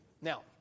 Now